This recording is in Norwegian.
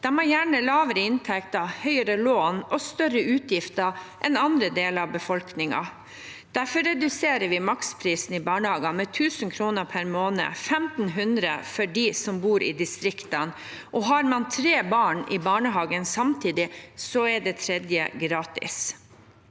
De har gjerne lavere inntekter, høyere lån og større utgifter enn andre deler av befolkningen. Derfor reduserer vi maksprisen i barnehagen med 1 000 kr per måned – og med 1 500 kr for dem som bor i distriktene. Har man tre barn i barnehagen samtidig, er det tredje barnet